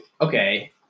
okay